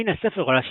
מן הספר עולה שיטתו,